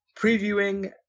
previewing